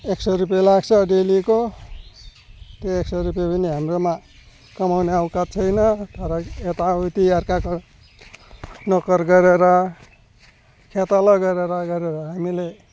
एक सौ रुपियाँ लाग्छ डेलीको त्यो एक सौ रुपियाँ पनि हाम्रोमा कमाउने औकात छैन तर यताउति अर्काको नोकर गरेर खेताला गरेर गरेर हामीले